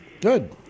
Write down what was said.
Good